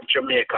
Jamaica